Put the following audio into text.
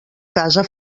casa